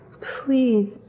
please